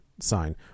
Sign